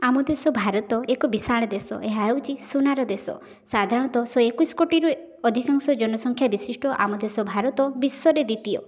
ଆମ ଦେଶ ଭାରତ ଏକ ବିଶାଳ ଦେଶ ଏହା ହେଉଛି ସୁନାର ଦେଶ ସାଧାରଣତଃ ସେ ଏକୋଇଶି କୋଟିରୁ ଅଧିକାଂଶ ଜନସଂଖ୍ୟା ବିଶିଷ୍ଟ ଆମ ଦେଶ ଭାରତ ବିଶ୍ୱରେ ଦ୍ୱିତୀୟ